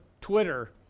Twitter